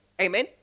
Amen